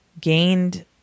gained